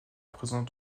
présence